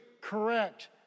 correct